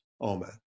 Amen